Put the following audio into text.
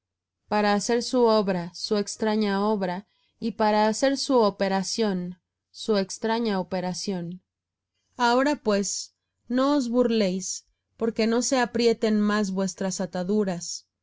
para hacer su obra su extraña obra y para hacer su operación su extraña operación ahora pues no os burléis porque no se aprieten más vuestras ataduras